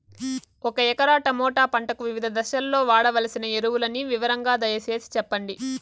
ఒక ఎకరా టమోటా పంటకు వివిధ దశల్లో వాడవలసిన ఎరువులని వివరంగా దయ సేసి చెప్పండి?